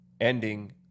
ending